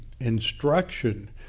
instruction